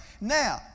now